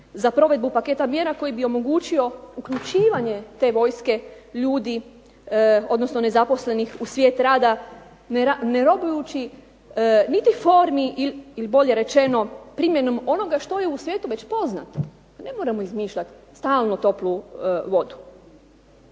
za provedbu paketa mjera koji bi omogućio uključivanje te vojske nezaposlenih u svijet rada ne robujući niti formi ili bolje rečeno primjenom onoga što je u svijetu već poznato. Pa ne moramo izmišljati stalno toplu vodu.